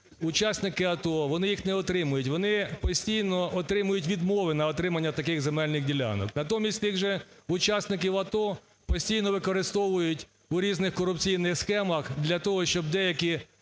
учасники АТО, вони їх не отримують. Вони постійно отримують відмови на отримання таких земельних ділянок. Натомість тих же учасників АТО постійно використовують у різних корупційних схемах для того, щоб деякі